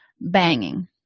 banging